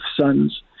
sons